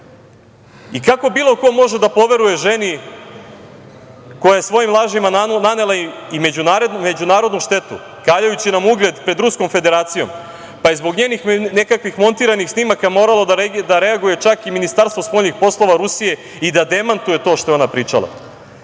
Kako bilo ko može da poveruje ženi koja je svojim lažima nanela i međunarodnu štetu, kaljajući nam ugled pred Ruskom Federacijom pa je zbog njenih nekakvih montiranih snimaka moralo da reaguje čak i Ministarstvo spoljnih poslova Rusije i da demantuje to što je ona pričala?